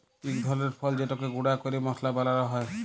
ইক ধরলের ফল যেটকে গুঁড়া ক্যরে মশলা বালাল হ্যয়